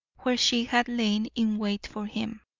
where she had lain in wait for him.